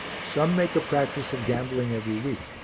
some make a practice of gambling every week,